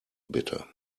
bitte